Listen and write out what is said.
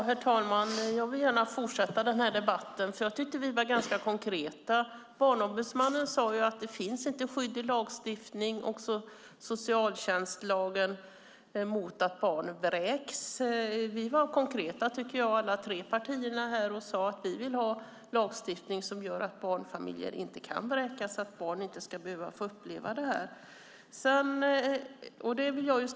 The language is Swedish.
Herr talman! Jag vill gärna fortsätta den här debatten. Jag tyckte att vi var ganska konkreta. Barnombudsmannen sade att det inte finns skydd i lagstiftningen, inte heller i socialtjänstlagen, mot att barn vräks. Alla vi tre partier var konkreta och sade att vi vill ha lagstiftning som gör att barnfamiljer inte kan vräkas, att barn inte ska behöva uppleva detta.